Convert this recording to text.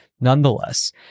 Nonetheless